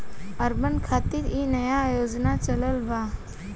urban खातिर इ नया योजना चलल बा